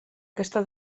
aquesta